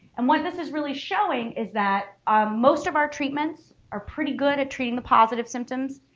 and what this is really showing is that most of our treatments are pretty good at treating the positive symptoms,